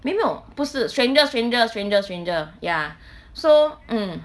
没没有不是 stranger stranger stranger stranger ya so mm